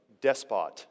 despot